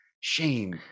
shame